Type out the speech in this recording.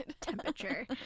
temperature